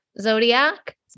zodiac